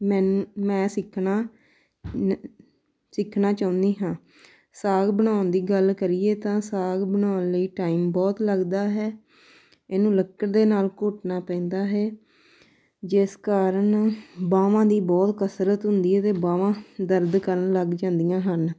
ਮੈਨ ਮੈਂ ਸਿੱਖਣਾ ਸਿੱਖਣਾ ਚਾਹੁੰਦੀ ਹਾਂ ਸਾਗ ਬਣਾਉਣ ਦੀ ਗੱਲ ਕਰੀਏ ਤਾਂ ਸਾਗ ਬਣਾਉਣ ਲਈ ਟਾਈਮ ਬਹੁਤ ਲੱਗਦਾ ਹੈ ਇਹਨੂੰ ਲੱਕੜ ਦੇ ਨਾਲ ਘੋਟਣਾ ਪੈਂਦਾ ਹੈ ਜਿਸ ਕਾਰਨ ਬਾਹਵਾਂ ਦੀ ਬਹੁਤ ਕਸਰਤ ਹੁੰਦੀ ਅਤੇ ਬਾਹਵਾਂ ਦਰਦ ਕਰਨ ਲੱਗ ਜਾਂਦੀਆਂ ਹਨ